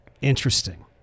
Interesting